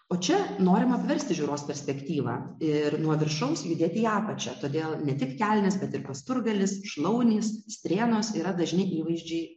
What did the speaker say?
o čia norima apversti žiūros perspektyvą ir nuo viršaus judėti į apačią todėl ne tik kelnės bet ir pasturgalis šlaunys strėnos yra dažni įvaizdžiai